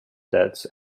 debts